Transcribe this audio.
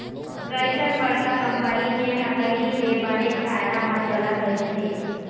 कइठन बड़का कंपनी जेन ह पहिली ले बनेच फायदा म चलत रहिथे